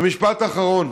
ומשפט אחרון,